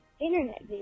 internet